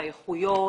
באיכויות,